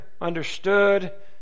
understood